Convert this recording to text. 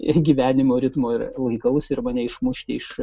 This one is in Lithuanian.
ir gyvenimo ritmo ir laikausi ir mane išmušti iš